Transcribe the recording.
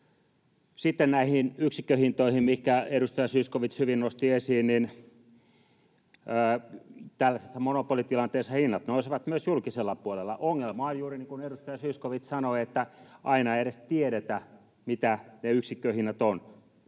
Sitten näihin yksikköhintoihin, minkä edustaja Zyskowicz hyvin nosti esiin. Tällaisessa monopolitilanteessa hinnat nousevat myös julkisella puolella. Ongelma on juuri niin kuin edustaja Zyskowicz sanoi, että aina ei edes tiedetä, mitä ne yksikköhinnat ovat.